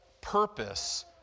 purpose